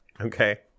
Okay